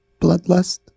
Bloodlust